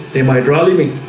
they might rally me